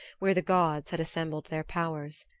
where the gods had assembled their powers.